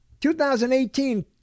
2018